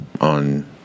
on